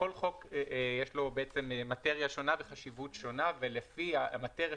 לכל חוק יש מטריה שונה וחשיבות שונה ולפי המטריה